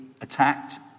Attacked